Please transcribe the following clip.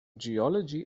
geology